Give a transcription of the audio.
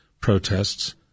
protests